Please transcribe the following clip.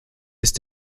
ist